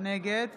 נגד